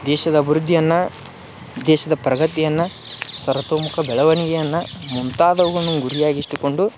ದೇಶದ ಅಭಿವೃದ್ಧಿಯನ್ನ ದೇಶದ ಪ್ರಗತಿಯನ್ನ ಸರ್ವೋತೋಮುಖ ಬೆಳವಣಿಗೆಯನ್ನ ಮುಂತಾದವುವನ್ನು ಗುರಿಯಾಗಿಷ್ಟುಕೊಂಡು